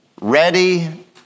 ready